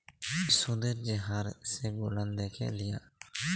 সুদের যে হার সেগুলান দ্যাখে লিয়া